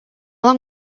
long